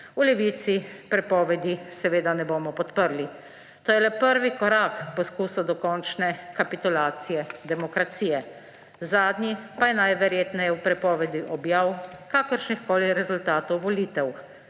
V Levici prepovedi seveda ne bomo podprli. To je le prvi korak k poskusu dokončne kapitulacije demokracije. Zadnji pa je najverjetneje v prepovedi objav kakršnihkoli rezultatov volitev,